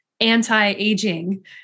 anti-aging